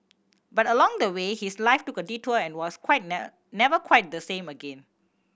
but along the way his life took a detour and was quite never quite the same again